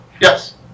Yes